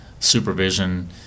supervision